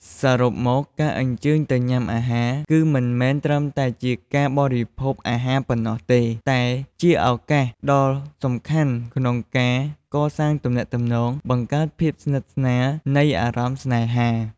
សរុបមក ការអញ្ជើញទៅញ៉ាំអាហារ គឺមិនមែនត្រឹមតែជាការបរិភោគអាហារប៉ុណ្ណោះទេ តែជាឱកាសដ៏សំខាន់ក្នុងការកសាងទំនាក់ទំនង បង្កើតភាពស្និទ្ធស្នាលនៃអារម្មណ៍ស្នេហា។